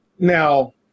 Now